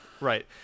right